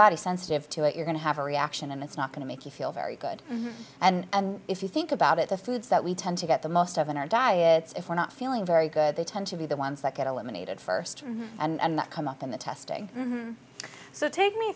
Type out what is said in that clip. body sensitive to it you're going to have a reaction and it's not going to make you feel very good and if you think about it the foods that we tend to get the most often are diets if we're not feeling very good they tend to be the ones that get eliminated first and that come up in the testing so take me